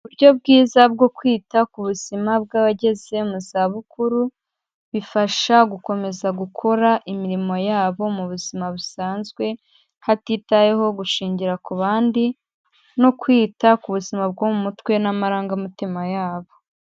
Uburyo bwiza bwo kwita ku buzima bw'abageze mu zabukuru, bifasha gukomeza gukora imirimo yabo mu buzima busanzwe, hatitaweho gushingira ku bandi no kwita ku buzima bwo mu mutwe n'amarangamutima yabo.